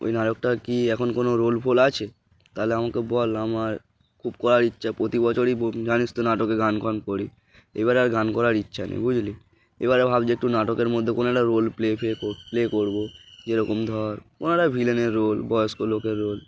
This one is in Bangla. ওই নাটকটার কি এখন কোনো রোল ফোল আছে তাহলে আমাকে বল আমার খুব করার ইচ্ছা প্রতি বছরই জানিস তো নাটকে গান ফান করি এবারে আর গান করার ইচ্ছা নেই বুঝলি এবারে ভাব যে একটু নাটকের মধ্যে কোনো একটা রোল প্লে ফে প্লে করবো যেরকম ধর কোনো একটা ভিলেনের রোল বয়স্ক লোকের রোল